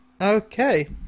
Okay